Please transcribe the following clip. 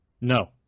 No